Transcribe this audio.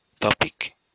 topic